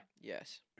Yes